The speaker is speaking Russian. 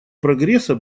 прогресса